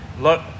Look